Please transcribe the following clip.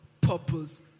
purpose